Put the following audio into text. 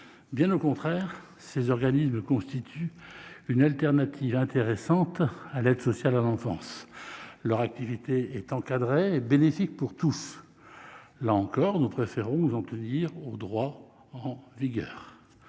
Bien au contraire, ces organismes constituent une alternative intéressante à l'ASE. Leur activité est encadrée et bénéfique pour tous. Là encore, nous préférons nous en tenir au droit en vigueur.